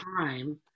time